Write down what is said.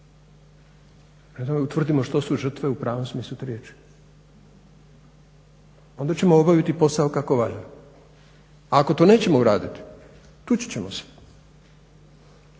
utvrdimo što su žrtve u pravom smislu te riječi, onda ćemo obaviti posao kako valja. Ako to nećemo uraditi tući ćemo se,